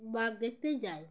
বাঘ দেখতেই যাই